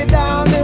down